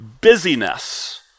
busyness